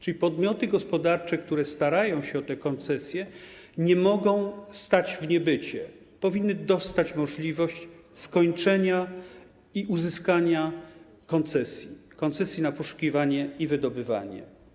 Czyli podmioty gospodarcze, które starają się o te koncesje, nie mogą stać w niebycie, powinny dostać możliwość skończenia i uzyskania koncesji, koncesji na poszukiwanie i wydobywanie.